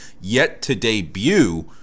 yet-to-debut